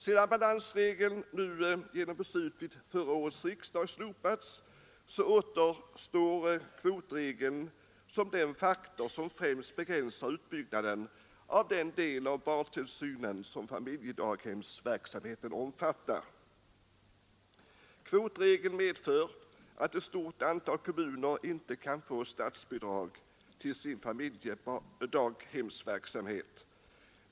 Sedan balansregeln nu genom beslut vid förra årets riksdag slopats återstår kvotregeln som den faktor som främst begränsar utbyggnaden av den del av barntillsynen som familjedaghemsverksamheten omfattar. Kvotregeln medför att ett stort antal kommuner inte kan få statsbidrag till sin familjedaghemsverksamhet.